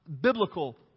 biblical